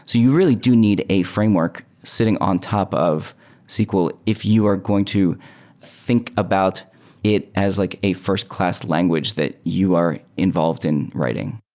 so you really do need a framework sitting on top of sql if you are going to think about it as like a first-class language that you are involved in writing.